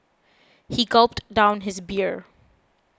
he gulped down his beer